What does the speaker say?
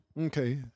Okay